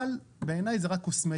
אבל בעיני זה רק קוסמטיקה.